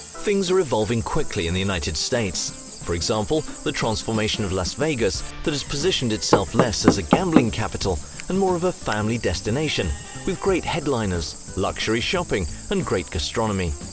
things are evolving quickly in the united states for example, the transformation of las vegas that has positioned itself less as a gambling capital and more of a family destination with great headliners, luxury shopping, and great gastronomy.